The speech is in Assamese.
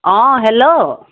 অঁ হেল্ল'